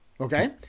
okay